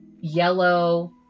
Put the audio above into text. yellow